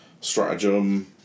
stratagem